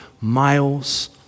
miles